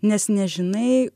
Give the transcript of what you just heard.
nes nežinai